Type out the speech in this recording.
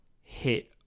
hit